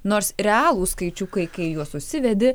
nors realūs skaičiukai kai juos užsivedi